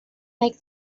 make